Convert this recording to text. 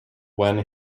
wen